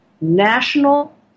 national